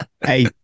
Hey